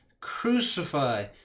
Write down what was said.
crucify